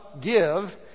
give